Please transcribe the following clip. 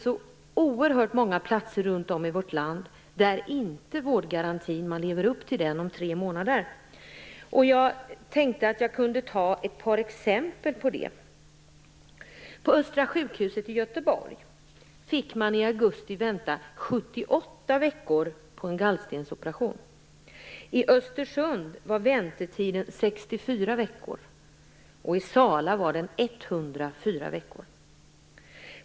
På oerhört många orter i vårt land lever man inte upp till vårdgarantin om tre månader. Jag tänkte ta upp några exempel på detta. Vid Östra sjukhuset i Göteborg fick man i augusti vänta 78 veckor på en gallstensoperation. I Östersund var väntetiden 64 veckor, och i Sala var den 104 veckor.